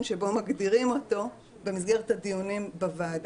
שבו מגדירים אותו במסגרת הדיונים בוועדה,